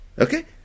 okay